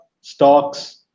stocks